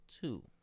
two